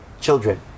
children